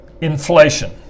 inflation